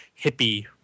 hippie